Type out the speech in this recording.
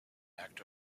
act